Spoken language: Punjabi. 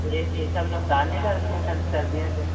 ਇਹ ਇਹ ਸਭ ਨੁਕਸਾਨ ਨਹੀਂ ਕਰਦੀਆਂ ਸਰ ਸਰਦੀਆਂ 'ਚ